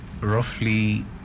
roughly